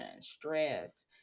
stress